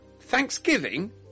Thanksgiving